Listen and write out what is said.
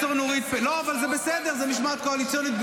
--- לא, אבל זה בסדר, זאת משמעת קואליציונית.